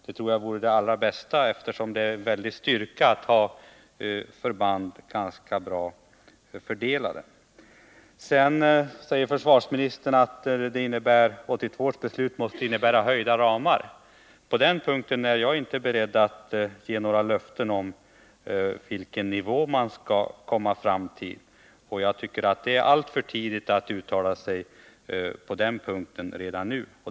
Det tror jag vore det allra bästa, eftersom det innebär en väldig styrka att ha en bra fördelning av förbanden. Försvarsministern säger att 1982 års belut måste innebära vidgade ramar. Jag är inte beredd att ge några löften om vilken nivå man skall komma fram till. Det är alltför tidigt att redan nu uttala sig på den punkten.